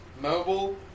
mobile